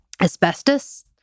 asbestos